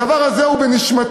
הדבר הזה הוא בנשמתי,